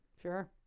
Sure